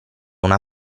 una